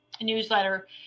newsletter